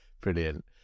Brilliant